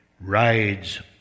rides